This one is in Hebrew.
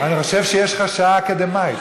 אני חושב שיש לך שעה אקדמית,